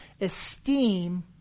esteem